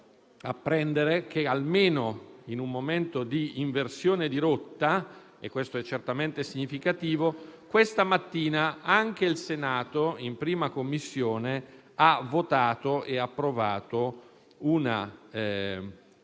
apprendere che, almeno in un momento di inversione di rotta - e questo è certamente significativo - questa mattina anche in Senato la Commissione affari costituzionali ha approvato una mozione